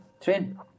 train